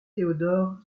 théodore